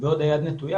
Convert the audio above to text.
ועוד היד נטויה.